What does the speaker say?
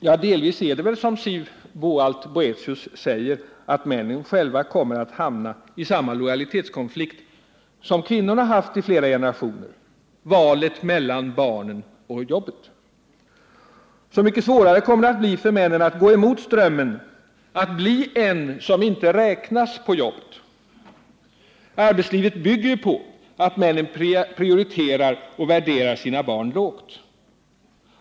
Ja, delvis är det väl som Siv Boalt Boethius säger, att männen själva kommer att hamna i samma lojalitetskonflikt som kvinnorna haft i flera generationer— valet mellan barnen och jobbet. Så mycket svårare kommer det att bli för männen att gå emot strömmen — att bli en som inte räknas på jobbet. Arbetslivet bygger ju på att männen prioriterar och värderar sina barn lågt.